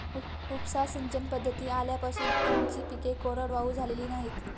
उपसा सिंचन पद्धती आल्यापासून आमची पिके कोरडवाहू झालेली नाहीत